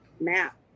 map